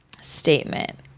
statement